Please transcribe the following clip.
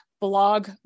Blog